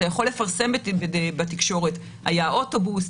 אתה יכול לפרסם בתקשורת שהיה אוטובוס,